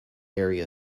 area